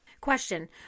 Question